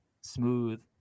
smooth